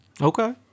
okay